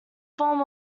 form